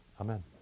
amen